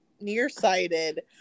nearsighted